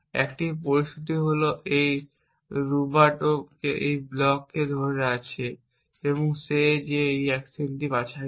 একটি পরিস্থিতি হল এই রুবাটো এই ব্লক কে ধরে আছে যে এটি এই অ্যাকশন বাছাই করে